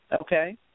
okay